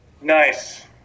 Nice